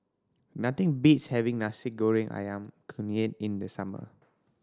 nothing beats having Nasi Goreng Ayam Kunyit in the summer